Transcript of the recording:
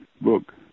book